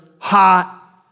hot